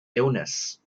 illness